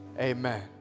Amen